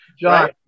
John